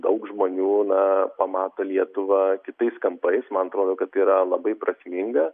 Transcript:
daug žmonių na pamato lietuvą kitais kampais man atrodo kad tai yra labai prasminga